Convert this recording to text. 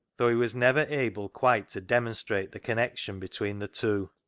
though he was never able quite to demonstrate the connection between the two.